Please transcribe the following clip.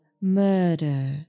murder